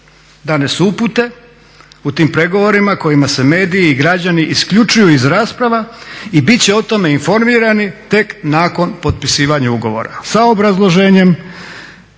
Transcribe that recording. Dane su upute u tim pregovorima kojima se mediji i građani isključuju iz rasprava i bit će o tome informirani tek nakon potpisivanja ugovora,